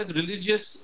religious